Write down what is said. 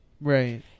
Right